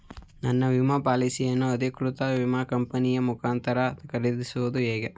ನನ್ನ ವಿಮಾ ಪಾಲಿಸಿಯನ್ನು ಅಧಿಕೃತ ವಿಮಾ ಕಂಪನಿಯ ಮುಖಾಂತರ ಖರೀದಿಸುವುದು ಹೇಗೆ?